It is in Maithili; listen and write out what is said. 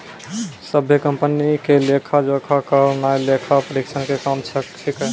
सभ्भे कंपनी के लेखा जोखा करनाय लेखा परीक्षक के काम छै